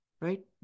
right